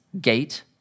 gate